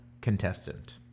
contestant